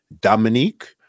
Dominique